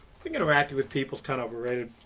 interacting with people kind of